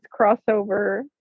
crossover